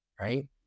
right